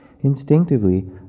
Instinctively